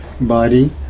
Body